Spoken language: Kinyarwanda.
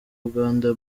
uganda